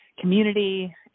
community